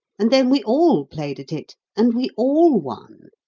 and then we all played at it and we all won.